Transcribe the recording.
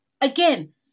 Again